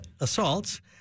assaults